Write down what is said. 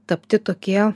tapti tokie